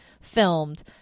filmed